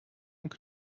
und